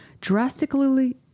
drastically